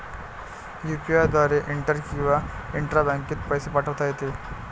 UPI द्वारे inter किंवा intra बँकेत पैसे पाठवता येते